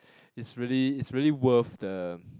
it's really it's really worth the